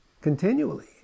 continually